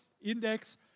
Index